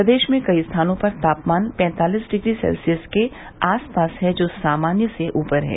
प्रदेश में कई स्थानों पर तापमान पैंतालिस डिग्री सेल्सियस के आस पास है जो सामान्य से ऊपर है